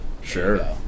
Sure